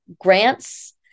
grants